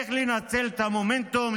צריך לנצל את המומנטום,